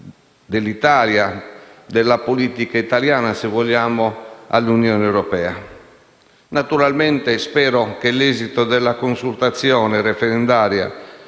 Grazie,